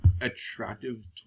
attractive